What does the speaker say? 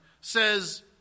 says